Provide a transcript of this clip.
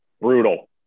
Brutal